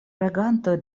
regantoj